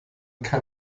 kann